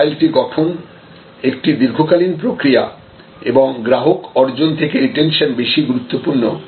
loyalty গঠন একটি দীর্ঘকালীন প্রক্রিয়া এবং গ্রাহক অর্জন থেকে রিটেনশন বেশি গুরুত্বপূর্ণ